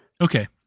Okay